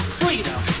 freedom